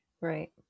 Right